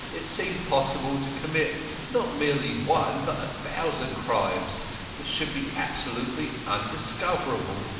it seemed possible to commit not merely one but a thousand crimes that should be absolutely undiscoverable.